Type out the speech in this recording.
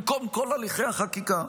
במקום כל הליכי החקיקה,